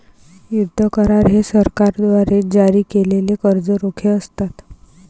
युद्ध करार हे सरकारद्वारे जारी केलेले कर्ज रोखे असतात